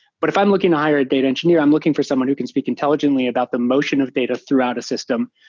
but if i'm looking to hire a data engineer, i'm looking for someone who can speak intelligently about the motion of data throughout a system,